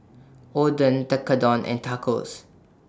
Oden Tekkadon and Tacos